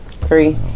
Three